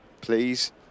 please